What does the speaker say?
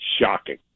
shocking